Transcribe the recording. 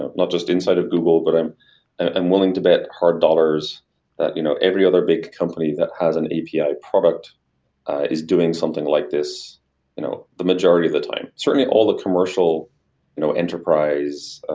and not just inside of google, but i'm i'm willing to bet hard dollars that you know every other big company that has an api product is doing something like this you know the majority of the time. certainly, all the commercial you know enterprise,